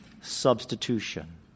substitution